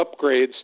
upgrades